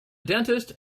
dentist